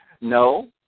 No